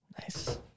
Nice